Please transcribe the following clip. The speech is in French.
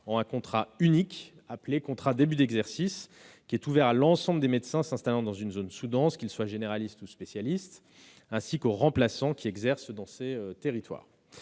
en un contrat unique appelé « contrat de début d'exercice », ouvert à l'ensemble des médecins s'installant dans une zone sous-dense, qu'ils soient généralistes ou spécialistes, ainsi qu'aux remplaçants exerçant dans ces territoires.